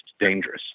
dangerous